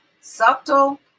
subtle